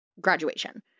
graduation